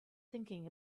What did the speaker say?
thinking